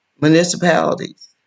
municipalities